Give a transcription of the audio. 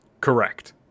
Correct